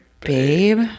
Babe